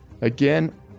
again